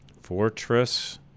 Fortress